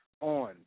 on